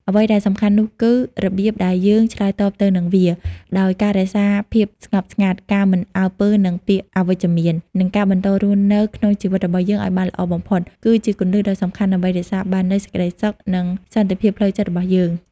អ្វីដែលសំខាន់នោះគឺរបៀបដែលយើងឆ្លើយតបទៅនឹងវា ដោយការរក្សាភាពស្ងប់ស្ងាត់ ការមិនអើពើនឹងពាក្យអវិជ្ជមាន និងការបន្តរស់នៅក្នុងជីវិតរបស់យើងឱ្យបានល្អបំផុត គឺជាគន្លឹះដ៏សំខាន់ដើម្បីរក្សាបាននូវសេចក្តីសុខ និងសន្ដិភាពផ្លូវចិត្ដរបស់យើង។